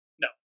No